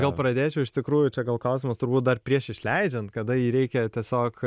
gal pradėčiau iš tikrųjų čia gal klausimas turbūt dar prieš išleidžiant kada jį reikia tiesiog